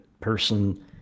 person